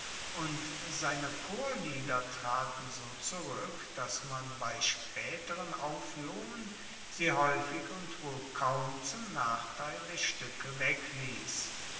und seine chorlieder traten so zurueck dass man bei spaeteren auffuehrungen sie haeufig und wohl kaum zum nachteil der stuecke wegliess